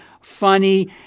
funny